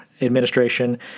administration